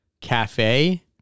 cafe